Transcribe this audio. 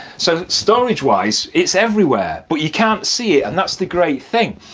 so storage wise it's everywhere, but you can't see it and that's the great thing.